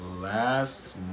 last